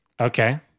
Okay